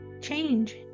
change